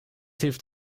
hilft